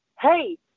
hey